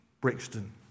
Brixton